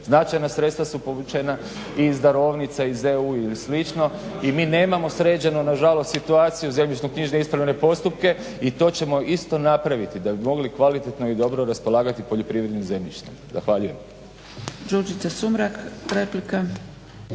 Značajna sredstva su povučena iz darovnica, iz EU ili slično i mi nemamo sređeno nažalost situaciju zemljišno-knjižne ispravne postupke i to ćemo isto napraviti da bi mogli kvalitetno i dobro raspolagati poljoprivrednim zemljištem. Zahvaljujem.